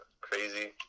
crazy